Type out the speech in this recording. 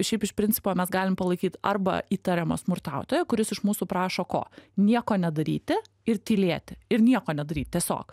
šiaip iš principo mes galim palaikyt arba įtariamą smurtautoją kuris iš mūsų prašo ko nieko nedaryti ir tylėti ir nieko nedaryt tiesiog